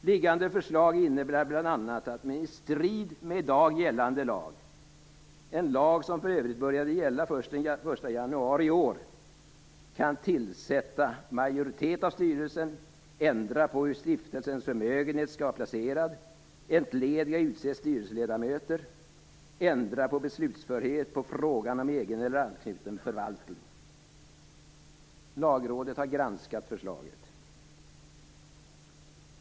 Liggande förslag innebär bl.a. att man i strid med i dag gällande lag - en lag som för övrigt började gälla först den 1 januari i år - kan tillsätta en majoritet av styrelsen, ändra på hur stiftelsens förmögenhet skall vara placerad, entlediga och utse styrelseledamöter och ändra på beslutsförhet i fråga om egen eller anknuten förvaltning. Lagrådet har granskat förslaget.